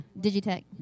Digitech